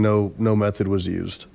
no no method was used